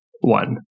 one